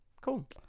cool